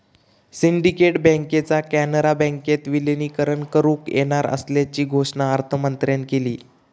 syndicate बँकेचा कॅनरा बँकेत विलीनीकरण करुक येणार असल्याची घोषणा अर्थमंत्र्यांन केली